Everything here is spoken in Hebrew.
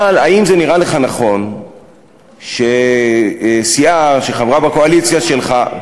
אבל האם זה נראה לך נכון שסיעה שחברה בקואליציה שלך,